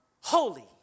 holy